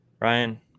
Ryan